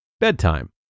Bedtime